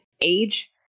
age